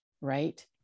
right